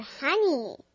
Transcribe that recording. honey